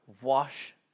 wash